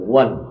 one